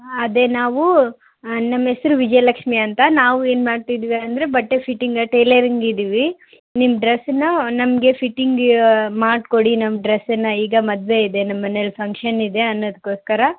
ಹಾಂ ಅದೇ ನಾವು ನಮ್ಮ ಹೆಸ್ರ್ ವಿಜಯಲಕ್ಷ್ಮೀ ಅಂತ ನಾವು ಏನು ಮಾಡ್ತಿದೀವಿ ಅಂದರೆ ಬಟ್ಟೆ ಫಿಟ್ಟಿಂಗ ಟೇಲರಿಂಗ್ ಇದ್ದೀವಿ ನಿಮ್ಮ ಡ್ರೆಸ್ಸನ್ನ ನಮಗೆ ಫಿಟ್ಟಿಂಗ್ ಮಾಡಿಕೊಡಿ ನಮ್ಮ ಡ್ರೆಸ್ಸನ್ನು ಈಗ ಮದುವೆ ಇದೆ ನಮ್ಮ ಮನೇಲ್ಲಿ ಫಂಕ್ಷನ್ ಇದೆ ಅನ್ನೋದಕ್ಕೋಸ್ಕರ